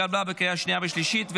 התקבלה בקריאה השנייה והשלישית,